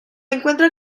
encuentra